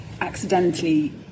accidentally